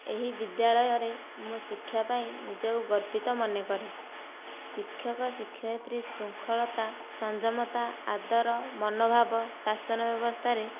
ଏହି ବିଦ୍ୟାଳୟରେ ମୁଁ ଶିକ୍ଷା ପାଇଁ ନିଜକୁ ଗର୍ବିତ ମନେକରେ ଶିକ୍ଷକ ଶିକ୍ଷୟତ୍ରୀ ଶୃଙ୍ଖଳତା ସଂଯମତା ଆଦର ମନୋଭାବ ଶାସନ ବ୍ୟବସ୍ଥାରେ